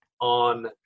on